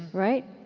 right?